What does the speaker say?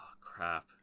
crap